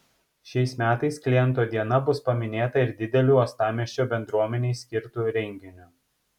šiais metais kliento diena bus paminėta ir dideliu uostamiesčio bendruomenei skirtu renginiu